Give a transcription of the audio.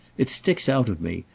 it sticks out of me,